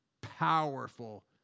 powerful